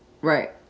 Right